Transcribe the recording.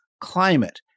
climate